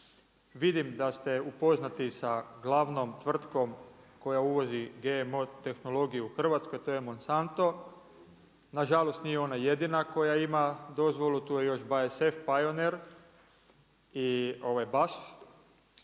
Vidim da ste upoznati sa glavnom tvrtkom koja uvozi GMO tehnologiju u Hrvatskoj a to je Monsanto. Nažalost nije ona jedina koja ima dozvolu, tu je još BASF Pioneer i BASF.